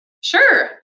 Sure